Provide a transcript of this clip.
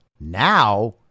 Now